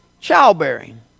childbearing